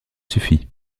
suffit